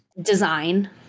design